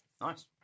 Nice